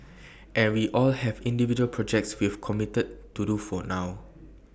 and we all have individual projects we've committed to do for now